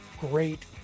great